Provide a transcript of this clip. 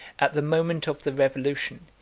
at the moment of the revolution,